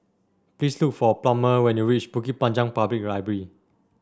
please look for Plummer when you reach Bukit Panjang Public Library